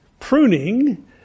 Pruning